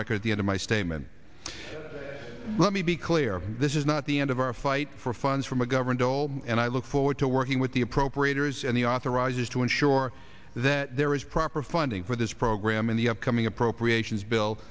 record the end of my statement let me be clear this is not the end of our fight for funds for mcgovern dole and i look forward to working with the appropriators and the authorizes to ensure that there is proper funding for this program in the upcoming appropriations bill